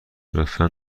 لطفا